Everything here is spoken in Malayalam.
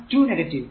2 നെഗറ്റീവ്